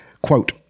Quote